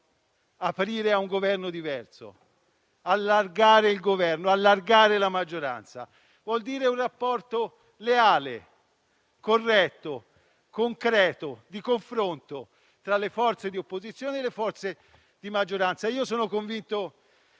aprire a un Governo diverso, allargare il Governo, allargare la maggioranza, ma vuol dire un rapporto leale, corretto, concreto, di confronto tra le forze di opposizione e quelle forze di maggioranza. Io sono convinto